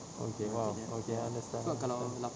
okay faham okay understand understand